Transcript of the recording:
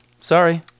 Sorry